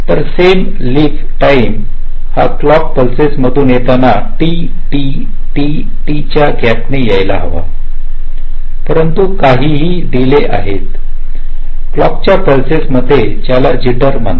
तर same lifetime हा clock pulses मधून येताना T T TT च्या गॅपनी यायला हवी परंतु काहीही डिले आहेत क्लॉकच्या पल्सेस मध्ये ज्याला जिटर म्हणतात